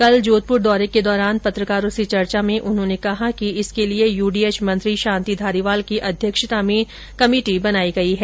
कल जोधपुर दौरे के दौरान पत्रकारों से चर्चा में उन्होंने कहा कि इसके लिए यूडीएच मंत्री शांति धारीवाल की अध्यक्षता में कमेटी बनी है